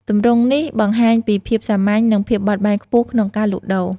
ទម្រង់នេះបង្ហាញពីភាពសាមញ្ញ និងភាពបត់បែនខ្ពស់ក្នុងការលក់ដូរ។